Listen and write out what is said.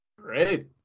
Great